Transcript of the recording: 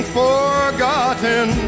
forgotten